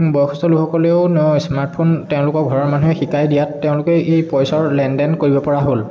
বয়সস্ত লোকসকলেও স্মাৰ্টফোন তেওঁলোকৰ ঘৰৰ মানুহে শিকাই দিয়াত তেওঁলোকে এই পইচাৰ লেন দেন কৰিব পৰা হ'ল